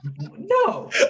No